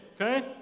Okay